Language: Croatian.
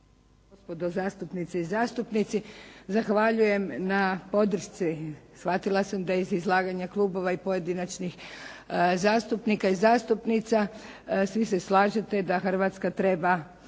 gospodo zastupnici zastupnice. Zahvaljujem na podršci, shvatila sam da je iz izlaganja klubova i pojedinačnih zastupnika i zastupnica, svi se slažete da Hrvatska treba